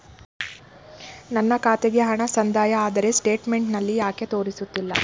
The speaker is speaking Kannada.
ನನ್ನ ಖಾತೆಗೆ ಹಣ ಸಂದಾಯ ಆದರೆ ಸ್ಟೇಟ್ಮೆಂಟ್ ನಲ್ಲಿ ಯಾಕೆ ತೋರಿಸುತ್ತಿಲ್ಲ?